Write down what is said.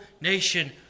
nation